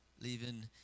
leaving